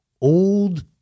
old